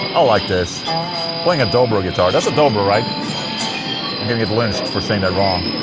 i like this playing a dobro guitar, that's a dobro, right? i'm gonna get lynched for saying that wrong